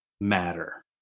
matter